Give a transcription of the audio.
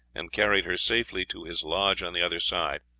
and carried her safely to his lodge on the other side,